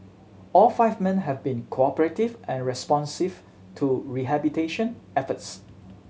all five men have been cooperative and responsive to rehabilitation efforts